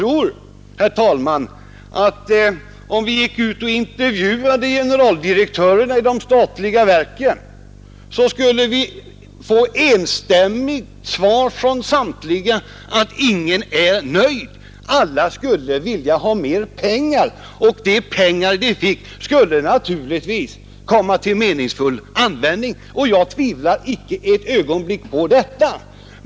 Om vi gick ut och intervjuade generaldirektörerna i de statliga verken tror jag att vi från samtliga skulle få det enstämmiga svaret att ingen var nöjd; alla skulle vilja ha mera pengar, och de pengar de fick skulle naturligtvis komma till meningsfull användning. Jag tvivlar icke ett ögonblick på detta.